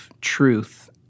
truth